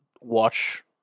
watch